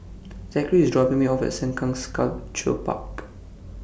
Zackery IS dropping Me off At Sengkang Sculpture Park